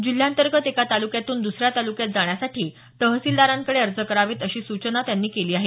जिल्ह्यांतगेत एका तालुक्यातून दुसऱ्या तालुक्यात जाण्यासाठी तहसीलदारांकडे अर्ज करावेत अशी सूचना त्यांनी केली आहे